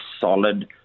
solid